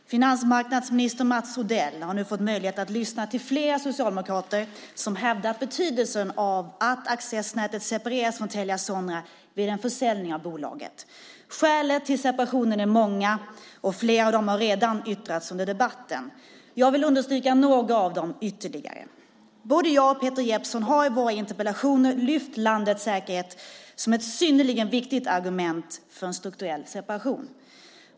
Herr talman! Finansmarknadsminister Mats Odell har fått möjlighet att lyssna till flera socialdemokrater som hävdar betydelsen av att accessnätet separeras från Telia Sonera vid en försäljning av bolaget. Skälen till separationen är många, och flera av dem har redan nämnts under debatten. Jag vill understryka några av dem ytterligare. Både jag och Peter Jeppsson har i våra interpellationer lyft fram landets säkerhet som ett synnerligen viktigt argument för en strukturell separation.